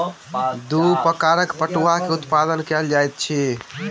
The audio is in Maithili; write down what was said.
दू प्रकारक पटुआ के उत्पादन कयल जाइत अछि